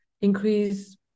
increase